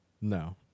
No